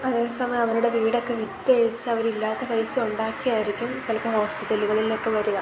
അതേ സമയം അവരുടെ വീടൊക്കെ വിറ്റഴിച്ച് അവരില്ലാത്ത പൈസ ഉണ്ടാക്കിയായിരിക്കും ചിലപ്പോൾ ഹോസ്പിറ്റലുകളിലൊക്കെ വരിക